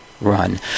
Run